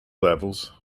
levels